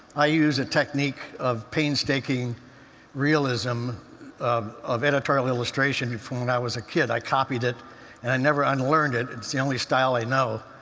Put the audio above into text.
i use a technique of painstaking realism of of editorial illustration from when i was a kid. i copied copied it and i never unlearned it it's the only style i know.